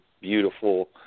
beautiful